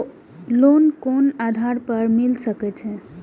Loan कोन आधार पर मिल सके छे?